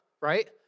right